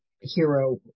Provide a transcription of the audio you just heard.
hero